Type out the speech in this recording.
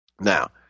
Now